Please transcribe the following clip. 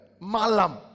Malam